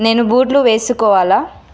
నేను బూట్లు వేసుకోవాలా